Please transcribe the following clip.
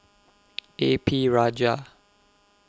A P Rajah